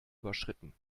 überschritten